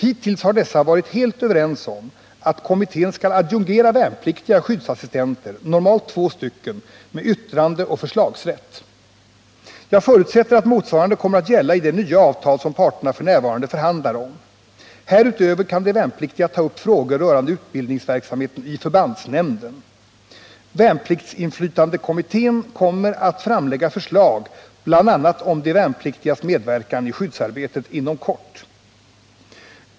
Hittills har dessa varit helt överens om att kommittén skall adjungera värnpliktiga skyddsassistenter, normalt två stycken, med yttrandeoch förslagsrätt. Jag förutsätter att motsvarande kommer att gälla i det nya avtal som parterna f. n. förhandlar om. Härutöver kan de värnpliktiga ta upp frågor rörande utbildningsverksamheten i förbandsnämnden. Värnpliktsinflytandekommittén kommer inom kort att framlägga förslag bl.a. om de värnpliktigas medverkan i skyddsarbetet.